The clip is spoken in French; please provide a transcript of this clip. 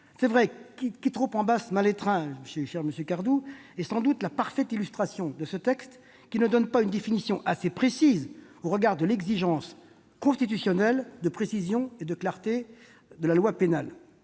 cette expression chère à Jean-Noël Cardoux est sans doute la parfaite illustration de ce texte, qui ne donne pas une définition assez stricte au regard de l'exigence constitutionnelle de précision et de clarté de la loi pénale.